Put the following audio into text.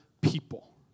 people